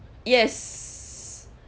yes